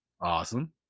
Awesome